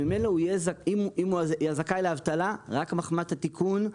ואם הוא זכאי לאבטלה רק מחמת התיקון,